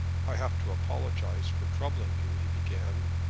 i have to apologize for troubling you, he began.